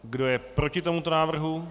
Kdo je proti tomuto návrhu?